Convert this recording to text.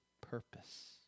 purpose